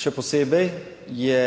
Še posebej je